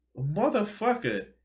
motherfucker